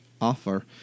offer